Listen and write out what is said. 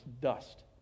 dust